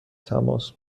تماس